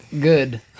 Good